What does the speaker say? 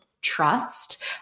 trust